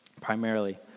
primarily